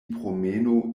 promenu